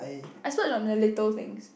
I splurge on very little things